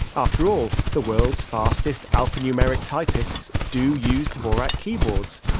after all, the world's fastest alphanumeric typists do use dvorak keyboards.